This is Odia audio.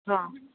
ହଁ